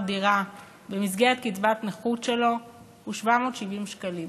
דירה במסגרת קצבת נכות שלו הוא 770 שקלים.